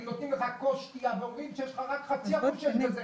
אם נותנים לך כוס שתייה ואומרים לך שיש רק 0.5% שיש בזה